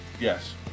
Yes